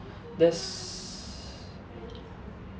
there's